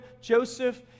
Joseph